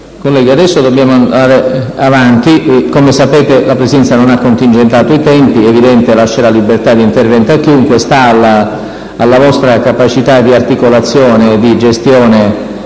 del giorno. Come sapete, la Presidenza non ha contingentato i tempi. È evidente che lascerò libertà di intervento a chiunque; sta alla vostra capacità di articolazione e di gestione